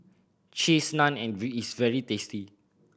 Cheese Naan and very is very tasty